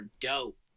dope